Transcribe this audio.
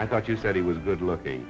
i thought you said he was good looking